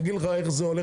אני אגיד לך איך התהליך.